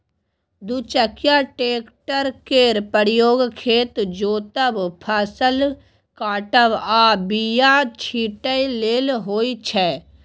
दु चकिया टेक्टर केर प्रयोग खेत जोतब, फसल काटब आ बीया छिटय लेल होइ छै